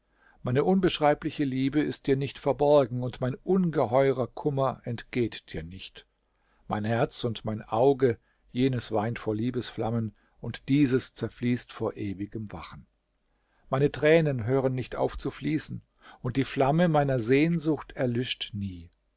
meine unbeschreibliche liebe ist dir nicht verborgen und mein ungeheuerer kummer entgeht dir nicht mein herz und mein auge jenes weint vor liebesflammen und dieses zerfließt vor ewigem wachen meine tränen hören nicht auf zu fließen und die flamme meiner sehnsucht erlischt nie